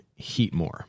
Heatmore